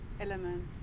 element